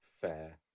fair